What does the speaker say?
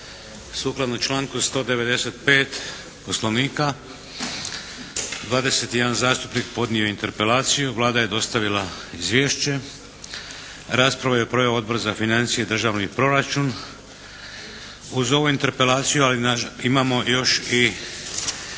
Sukladno članku 195. poslovnika 21 zastupnik podnio je Interpelaciju. Vlada je dostavila izvješće. Raspravu je proveo Odbor za financije i državni proračun. Uz ovu Interpelaciju imamo još i